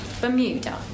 Bermuda